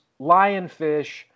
lionfish